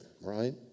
Right